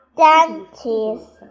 dentist